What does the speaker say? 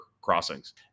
crossings